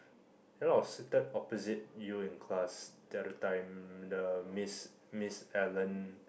then I was seated opposite you in class the other time the Miss Miss Ellen